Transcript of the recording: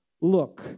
Look